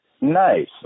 Nice